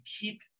keep